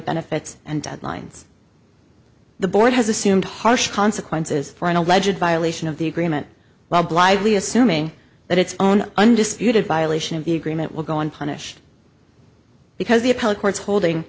benefits and deadlines the board has assumed harsh consequences for an alleged violation of the agreement while blithely assuming that its own undisputed violation of the agreement will go unpunished because the appellate court's holding